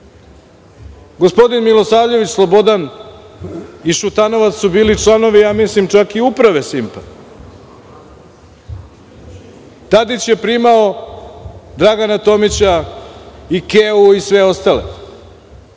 Gospodin Milosavljević Slobodan i Šutanovac su bili čak članovi i uprave „Simpa“. Tadić je primao Dragana Tomića i „Ikeu“ i sve ostale.